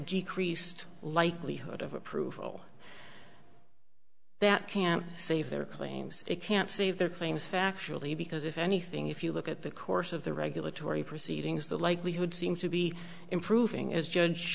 g creased likelihood of approval that can't save their claims it can't save their claims factually because if anything if you look at the course of the regulatory proceedings the likelihood seems to be improving as judge